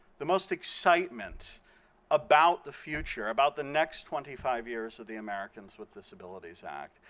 the most excitement about the future, about the next twenty five years of the americans with disabilities act,